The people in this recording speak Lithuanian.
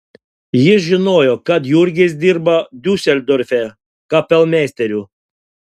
jis žinojo kad jurgis dirba diuseldorfe kapelmeisteriu